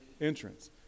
entrance